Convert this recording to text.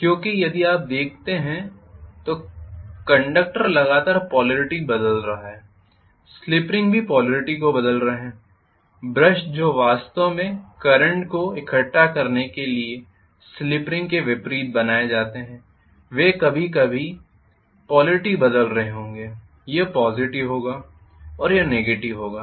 क्योंकि यदि आप इसे देखते हैं तो कंडक्टर लगातार पोलॅरिटी बदल रहा है स्लिप रिंग भी पोलॅरिटी को बदल रहे हैं ब्रश जो वास्तव में करंट को इकट्ठा करने के लिए स्लिप रिंग के विपरीत दबाए जाते हैं वे भी कभी कभी पोलॅरिटी बदल रहे होंगे यह पॉज़िटिव होगा और यह नेगेटिव होगा